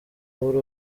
buri